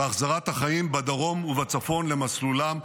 והחזרת החיים בדרום ובצפון למסלולם.